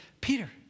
Peter